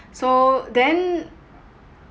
so then